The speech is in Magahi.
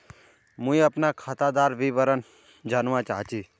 मुई अपना खातादार विवरण जानवा चाहची?